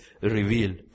revealed